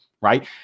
Right